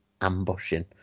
ambushing